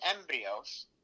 embryos